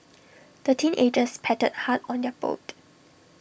the teenagers paddled hard on their boat